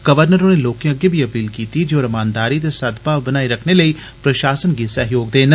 governor होरें लोकें अग्गे बी अपील कीती ऐ जे ओह् रमानदारी ते सद्भाव बनाई रक्खने लेई प्रशासन गी सैह्योग देन